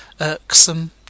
Irksome